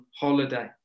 holiday